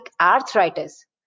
arthritis